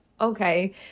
okay